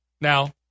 Now